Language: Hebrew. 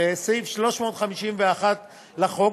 זה סעיף 351 לחוק,